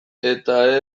eta